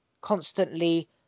constantly